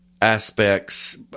aspects